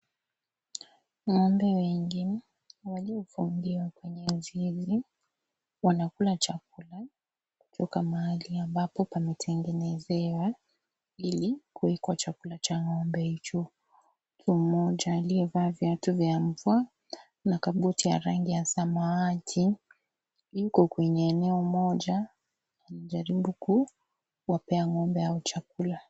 Ngo'mbe wengi waliofungiwa kwenye zizi wanakula chakula kutoka mahali ambapo pametengenezewa ili kuwekwa chakula cha ngo'mbe hicho. Mtu mmoja aliyevaa viatu vya mvua na kabuti ya rangi ya samawati yuko kwenye eneo moja anajaribu kuwapea ngo'mbe hao chakula.